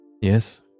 Yes